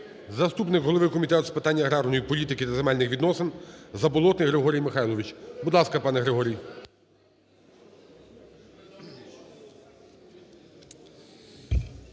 заступник голови Комітету з питань агарної політики та земельних відносин Заболотний Григорій Михайлович. Будь ласка, пане Григорій.